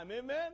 Amen